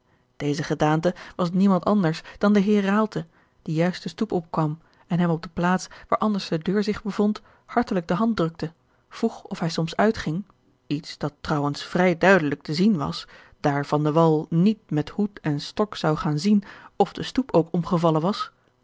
deze gedaante was niemand anders dan de heer raalte die juist de stoep opkwam en hem op de plaats waar anders de deur zich bevond hartelijk de hand drukte vroeg of hij soms uitging iets dat trouwens vrij duidelijk te zien was daar van de wall niet met hoed en stok zou gaan zien of de stoep ook omgevallen was